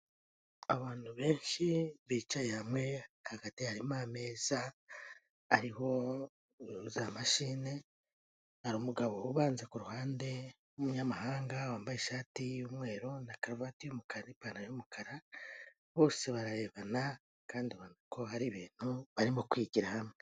Abantu benshi bicaye hamwe hagati harimo ameza ariho zamashine hari umugabo ubanza ku ruhande w'umunyamahanga wambaye ishati y'umweru na karuvati y’umukara n'ipantaro y'umukara bose bararebana kandi ubona ko hari ibintu barimo kwigira hamwe.